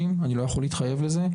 בקרוב אני מתחיל התמחות באורתופדיה.